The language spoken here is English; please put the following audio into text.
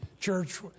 church